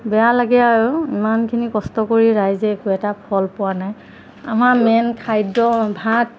বেয়া লাগে আৰু ইমানখিনি কষ্ট কৰি ৰাইজে একো এটা ফল পোৱা নাই আমাৰ মেইন খাদ্য ভাত